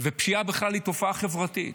פשיעה בכלל היא תופעה חברתית.